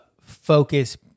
focus